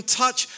touch